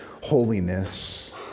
holiness